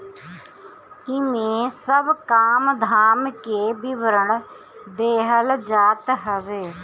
इमे सब काम धाम के विवरण देहल जात हवे